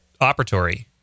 operatory